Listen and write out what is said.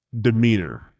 demeanor